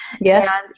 Yes